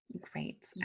Great